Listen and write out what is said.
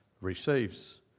receives